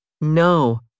No